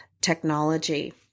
technology